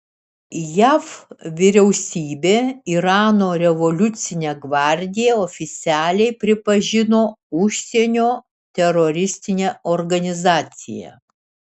jav vyriausybė irano revoliucinę gvardiją oficialiai pripažino užsienio teroristine organizacija